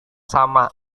sama